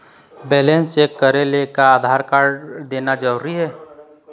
Balance check करेले का Aadhaar card देना जरूरी हे?